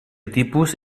tipus